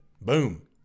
Boom